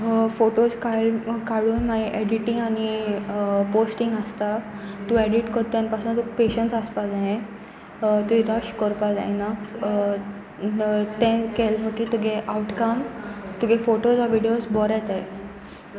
photos का काडून मागीर एडिटींग आनी पोस्टींग आसता तूं एडीट कोत्तना पासून तुका पेशन्स आसपाक जाय तुवें रश करपाक जायना तें केले म्हटीर तुगे आवटकम तुगे फोटोज आ विडिओज बरे येताय